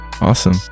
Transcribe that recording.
awesome